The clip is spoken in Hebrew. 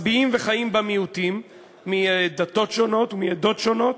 מצביעים וחיים בה מיעוטים מדתות שונות ומעדות שונות,